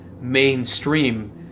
mainstream